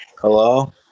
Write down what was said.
hello